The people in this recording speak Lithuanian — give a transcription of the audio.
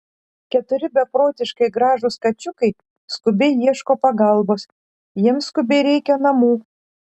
keturi beprotiškai gražūs kačiukai skubiai ieško pagalbos jiems skubiai reikia namų